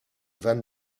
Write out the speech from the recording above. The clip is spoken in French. van